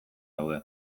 daude